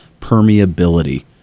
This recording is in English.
permeability